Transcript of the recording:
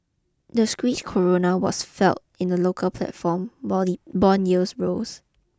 the Czech koruna was in the local platform while bond yields rose